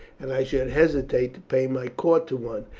and i should hesitate to pay my court to one,